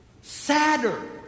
Sadder